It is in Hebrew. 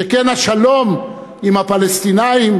שכן השלום עם הפלסטינים,